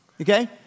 okay